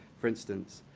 for instance.